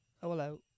hello